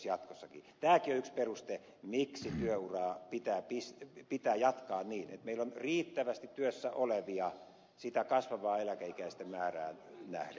tämäkin on yksi peruste miksi työuraa pitää jatkaa niin että meillä on riittävästi työssä olevia siihen kasvavaan eläkeikäisten määrään nähden